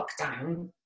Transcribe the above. lockdown